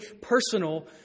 personal